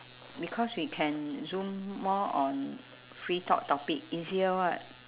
because we can zoom more on free thought topic easier [what]